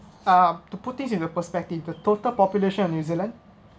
uh to put things into perspective the total population of new zealand